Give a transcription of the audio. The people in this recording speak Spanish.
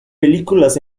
películas